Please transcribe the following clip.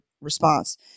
response